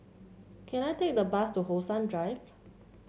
can I take the bus to How Sun Drive